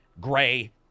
gray